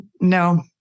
No